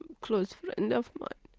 close friend of mine.